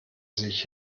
sich